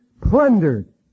plundered